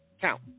Count